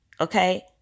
okay